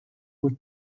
with